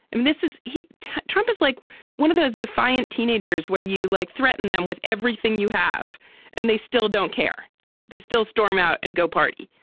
and this is he trump is like one of those defiant teenagers where you, like, threaten them with everything you have and they still don't care they still storm out and go party.